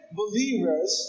believers